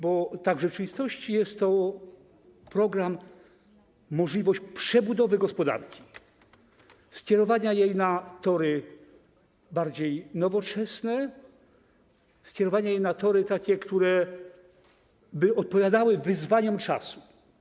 Bo tak w rzeczywistości jest to program, możliwość przebudowy gospodarki, skierowania jej na tory bardziej nowoczesne, skierowania jej na takie tory, które odpowiadałyby wyzwaniom czasu.